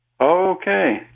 Okay